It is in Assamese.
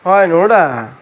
হয় জগতদা